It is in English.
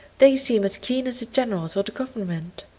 they seem as keen as the generals or the government.